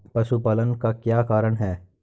पशुपालन का क्या कारण है?